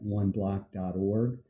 oneblock.org